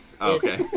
Okay